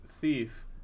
thief